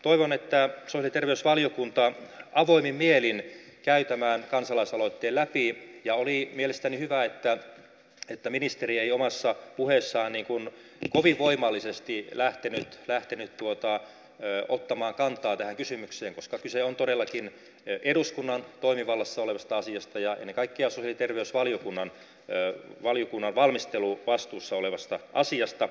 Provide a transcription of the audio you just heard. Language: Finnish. toivon että sosiaali ja terveysvaliokunta avoimin mielin käy tämän kansalaisaloitteen läpi ja oli mielestäni hyvä että ministeri ei omassa puheessaan kovin voimallisesti lähtenyt ottamaan kantaa tähän kysymykseen koska kyse on todellakin eduskunnan toimivallassa olevasta asiasta ja ennen kaikkea sosiaali ja terveysvaliokunnan valmisteluvastuussa olevasta asiasta